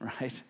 right